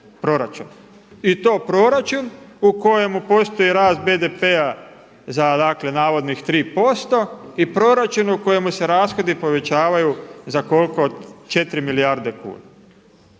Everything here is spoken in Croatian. I to proračun u kojemu postoje rast BDP-a za dakle navodnih 3% i proračun u kojemu se rashodi povećavaju za 4 milijarde kuna.